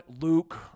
Luke